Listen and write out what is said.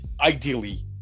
Ideally